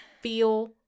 feel